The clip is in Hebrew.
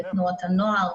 בתנועות הנוער,